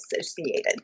associated